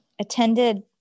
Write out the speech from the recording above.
attended